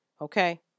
okay